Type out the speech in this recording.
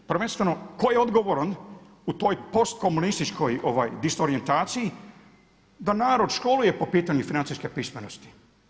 Prvenstveno tko je odgovoran u toj post komunističkoj disorijentaciji da narod školuje po pitanju financijske pismenosti?